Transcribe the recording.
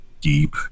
deep